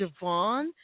Javon